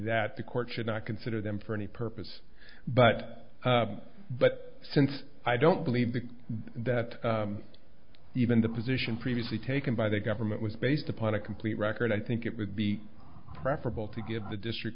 that the court should not consider them for any purpose but but since i don't believe that even the position previously taken by the government was based upon a complete record i think it would be preferable to give the district